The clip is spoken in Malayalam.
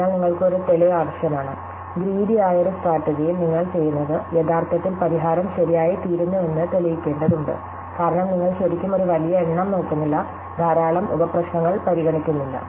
അതിനാൽ നിങ്ങൾക്ക് ഒരു തെളിവ് ആവശ്യമാണ് ഗ്രീടി ആയ ഒരു സ്ട്രാറ്റെജിയിൽ നിങ്ങൾ ചെയ്യുന്നത് യഥാർത്ഥത്തിൽ പരിഹാരം ശരിയായിത്തീരുന്നുവെന്ന് തെളിയിക്കേണ്ടതുണ്ട് കാരണം നിങ്ങൾ ശരിക്കും ഒരു വലിയ എണ്ണം നോക്കുന്നില്ല ധാരാളം ഉപ പ്രശ്നങ്ങൾ പരിഗണിക്കുന്നില്ല